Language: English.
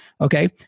okay